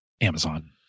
Amazon